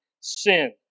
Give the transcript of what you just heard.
sin